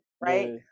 right